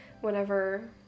whenever